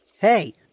Hey